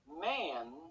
man